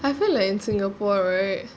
I feel like in singapore right